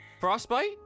Frostbite